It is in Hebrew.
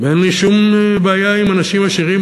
ואין לי שום בעיה עם אנשים עשירים.